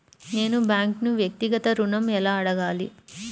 నేను బ్యాంక్ను వ్యక్తిగత ఋణం ఎలా అడగాలి?